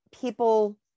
people